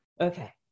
Okay